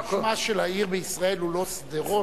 האם שמה של העיר בישראל הוא לא שׂדרות?